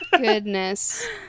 goodness